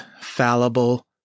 fallible